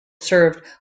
served